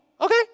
Okay